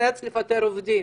ניאלץ לפטר עובדים.